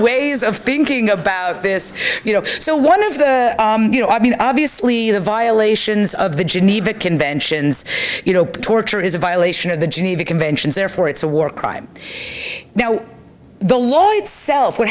ways of thinking about this you know so one of the you know i mean obviously the violations of the geneva conventions you know torture is a violation of the geneva conventions therefore it's a war crime now the law itself what